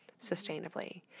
sustainably